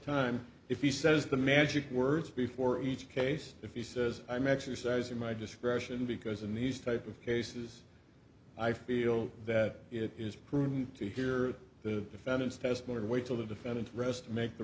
time if he says the magic words before each case if he says i'm exercising my discretion because in these type of cases i feel that it is prudent to hear the defendants as bored wait till the defendant rest make the